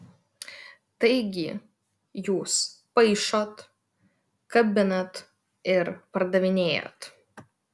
taigi jūs paišot kabinat ir pardavinėjat